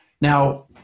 Now